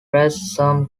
racism